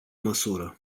măsură